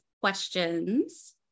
questions